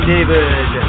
David